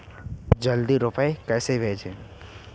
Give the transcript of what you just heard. जल्दी रूपए कैसे भेजें?